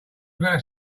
about